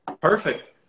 perfect